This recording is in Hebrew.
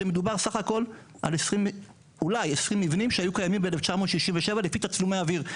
כשמדובר בסך הכל על אולי 20 מבנים שהיו קיימים ב-1967 לפי תצלומי אוויר.